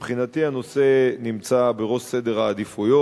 מבחינתי הנושא נמצא בראש סדר העדיפויות.